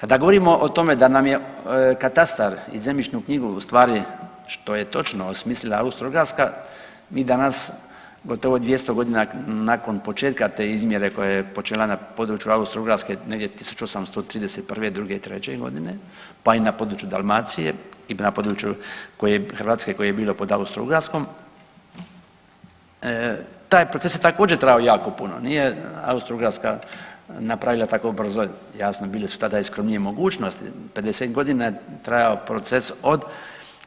Kada govorimo o tome da nam je katastar i zemljištu knjigu u stvari što je točno osmislila Austro-Ugarska mi danas gotovo 200.g. nakon početka te izmjere koja je počela na području Austro-Ugarske negdje 1831., '2., '3.g., pa i na području Dalmaciju i na području Hrvatske koje je bilo pod Austro-Ugarskom taj proces je također trajao jako puno, nije Austro-Ugarska napravila tako brzo, jasno bile su tada i skromnije mogućnosti, 50.g. je trajao proces od